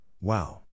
wow